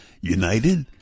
united